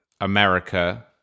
America